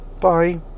bye